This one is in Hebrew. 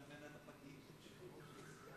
נציג